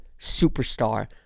superstar